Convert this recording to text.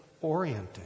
orienting